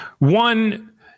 One